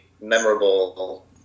memorable